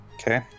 Okay